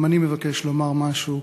גם אני מבקש לומר משהו